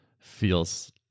feels